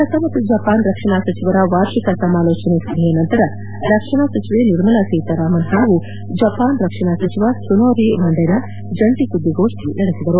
ಭಾರತ ಮತ್ತು ಜಪಾನ್ ರಕ್ಷಣಾ ಸಚಿವರ ವಾರ್ಷಿಕ್ ಸಮಾಲೋಚನೆ ಸಭೆಯ ನಂತರ ರಕ್ಷಣಾ ಸಚಿವೆ ನಿರ್ಮಲಾ ಸೀತಾರಾಮನ್ ಹಾಗೂ ಜಪಾನ್ ರಕ್ಷಣಾ ಸಚಿವ ಟ್ಲುನೊರಿ ಒಂಡೆರಾ ಜಂಟಿ ಸುದ್ದಿಗೋಷ್ಟಿ ನಡೆಸಿದರು